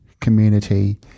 community